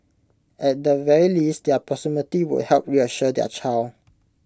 at the very least their proximity would help reassure their child